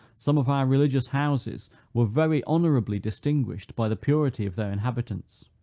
some of our religious houses were very honorably distinguished by the purity of their inhabitants.